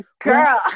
Girl